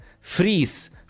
freeze